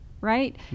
Right